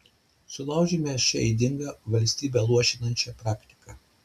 sulaužėme šią ydingą valstybę luošinančią praktiką